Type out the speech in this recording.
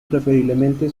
preferentemente